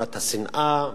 מדורת השנאה,